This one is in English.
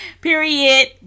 Period